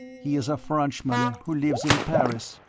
he is a frenchman who lives in paris.